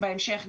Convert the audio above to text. בהמשך,